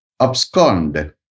abscond